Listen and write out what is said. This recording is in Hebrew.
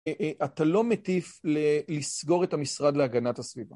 אתה לא מטיף לסגור את המשרד להגנת הסביבה.